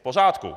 V pořádku.